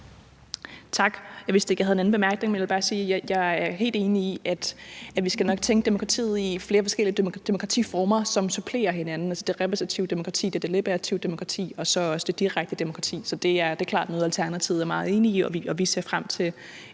Tak. Jeg vidste ikke, at jeg havde en anden bemærkning, men jeg vil bare sige, at jeg er helt enig i, at vi nok skal tænke demokratiet i flere forskellige demokratiformer, som supplerer hinanden, altså det repræsentative demokrati, det deliberative demokrati og så også det direkte demokrati. Så det er klart noget, Alternativet er meget enig i, og vi ser frem til